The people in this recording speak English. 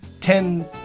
Ten